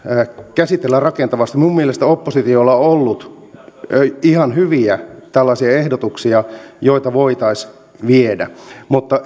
käsitellä rakentavasti minun mielestäni oppositiolla on ollut ihan hyviä tällaisia ehdotuksia joita voitaisiin viedä mutta